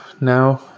now